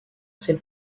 très